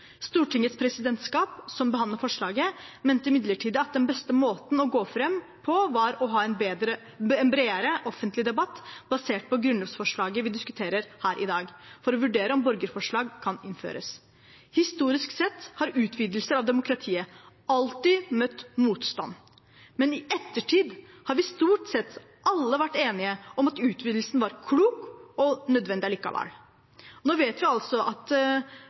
Stortingets presidentskap, som behandlet forslaget, mente imidlertid at den beste måten å gå fram på var å ha en bredere offentlig debatt basert på grunnlovsforslaget vi diskuterer her i dag, for å vurdere om borgerforslag kan innføres. Historisk sett har utvidelser av demokratiet alltid møtt motstand, men i ettertid har vi stort sett alle vært enige om at utvidelsen var klok og nødvendig likevel. Nå vet vi altså at